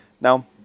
Now